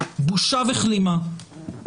בושה וכלימה.